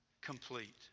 complete